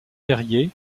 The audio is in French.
verrier